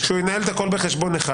שהוא ינהל את הכול בחשבון אחד.